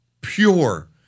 pure